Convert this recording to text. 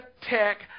Tech